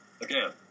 again